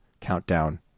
countdown